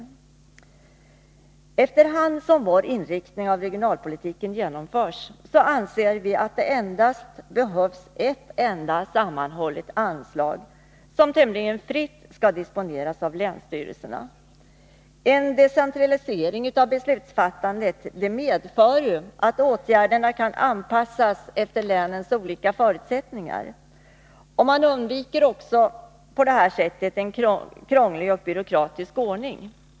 Vi anser att efter hand som vår inriktning av regionalpolitiken genomförs, behövs det endast ett enda, sammanhållet anslag, som tämligen fritt skall disponeras av länsstyrelserna. En decentralisering av beslutsfattandet medför ju att åtgärderna kan anpassas efter länens olika förutsättningar. Man undviker också på det här sättet en krånglig och byråkratisk ordning.